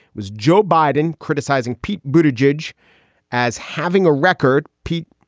was joe biden criticizing pete bhuta jej as having a record? pete,